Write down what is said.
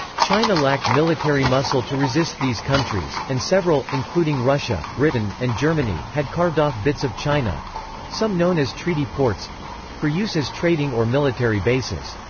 china lacked military muscle to resist these countries, and several, including russia, britain, and germany, had carved off bits of china some known as treaty ports for use as trading or military bases.